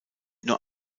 nur